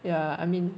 ya I mean